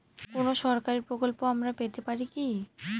কোন সরকারি প্রকল্প আমরা পেতে পারি কি?